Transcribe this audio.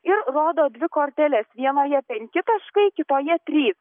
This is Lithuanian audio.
ir rodo dvi korteles vienoje penki taškai kitoje trys